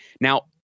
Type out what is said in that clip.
Now